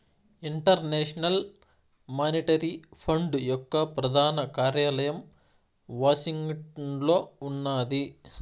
international monetary fund యొక్క ప్రధాన కార్యాలయం వాషింగ్టన్లో ఉన్నాది